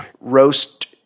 roast